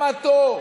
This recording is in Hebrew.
קיבלתי את הסכמתו.